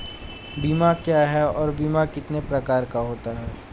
बीमा क्या है और बीमा कितने प्रकार का होता है?